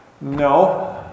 no